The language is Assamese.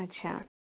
আচ্ছা